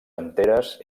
enteres